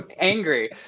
Angry